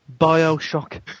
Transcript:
Bioshock